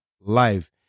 life